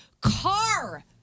car